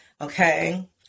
Okay